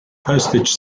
postage